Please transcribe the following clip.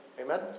Amen